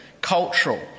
cultural